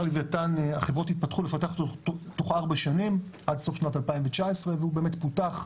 החברות התחייבו לפתח אותו תוך ארבע שנים עד סוף 2019 והוא באמת פותח,